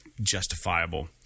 justifiable